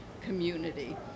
community